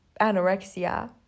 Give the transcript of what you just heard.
anorexia